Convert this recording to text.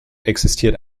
existiert